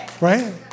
right